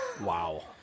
Wow